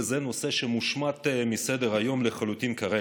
וזה נושא שמושמט מסדר-היום לחלוטין כרגע.